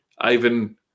Ivan